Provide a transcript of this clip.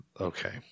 okay